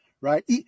Right